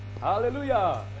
Hallelujah